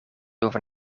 over